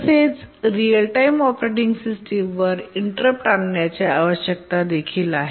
तसेच real time operating सिस्टमवर interrupt आणण्याच्या आवश्यकता देखील आहेत